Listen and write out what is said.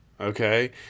okay